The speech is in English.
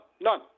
None